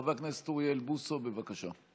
חבר הכנסת אוריאל בוסו, בבקשה.